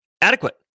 adequate